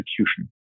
execution